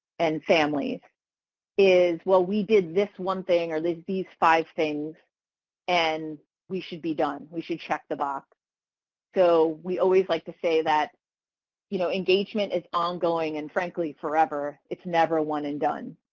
and families is well we did this one thing or these five things and we should be done. we should check the box so we always like to say that you know engagement is ongoing and frankly forever. it's never one and done.